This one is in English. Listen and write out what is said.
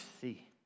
see